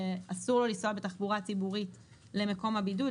שאסור לו לנסוע בתחבורה ציבורית למקום הבידוד,